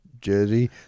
jersey